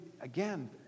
again